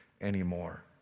anymore